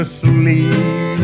sleep